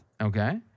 Okay